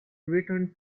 return